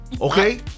Okay